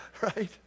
right